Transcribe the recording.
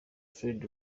fred